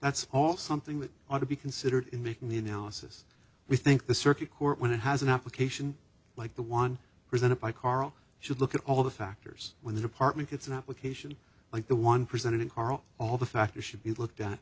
that's all something that ought to be considered in making the analysis we think the circuit court when it has an application like the one presented by carl should look at all the factors when the department gets an application like the one presented in coral all the factors should be looked